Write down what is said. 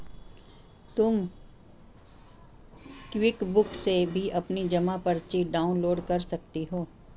तुम क्विकबुक से भी अपनी जमा पर्ची डाउनलोड कर सकती हो